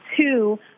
two